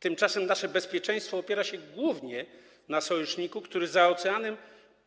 Tymczasem nasze bezpieczeństwo opiera się głównie na sojuszniku, który za oceanem